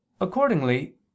Accordingly